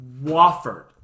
Wofford